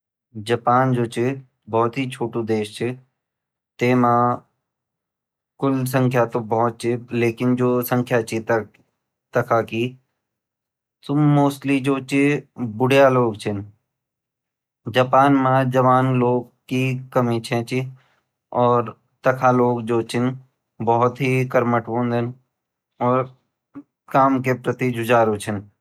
जापान जू ची भोत ही छोटू देश ची तेमा कुल संख्या ता भोत ची पर लेकिन जु संख्या ची तखा की ऊ मोस्टली जू ची बुडया लोग छिन जापान मा जवान लोग की कमि छे ची और ताखा लोग भोत ही कर्मठ वोन्दा अर काम के प्रति जुजारु छिन।